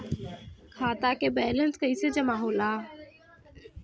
खाता के वैंलेस कइसे जमा होला?